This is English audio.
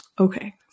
Okay